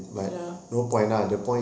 ya